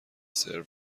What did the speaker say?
سرو